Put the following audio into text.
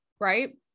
right